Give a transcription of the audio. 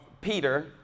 Peter